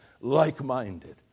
like-minded